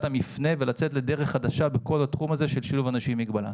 המפנה ולצאת לדרך חדשה בכל התחום הזה של שילוב אנשים עם מגבלה.